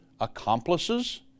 accomplices